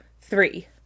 three